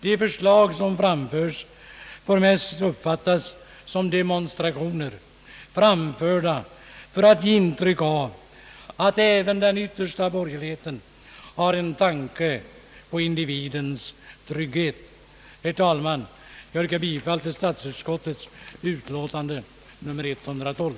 De förslag som läggs fram får mest uppfattas som demonstrationer i syfte att ge intryck av att även den yttersta borgerligheten ägnar en tanke åt individens problem. Herr talman! Jag ber att få yrka bifall till statsutskottets utlåtande nr 112.